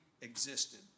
existed